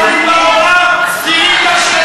יאללה, יאללה.